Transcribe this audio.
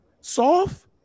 Soft